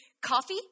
coffee